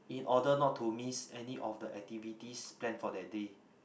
in order not to miss any of the activities planned for that day